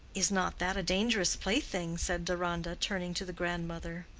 is not that a dangerous plaything? said deronda, turning to the grandmother.